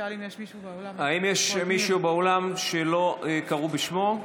האם יש מישהו באולם שלא קראו בשמו?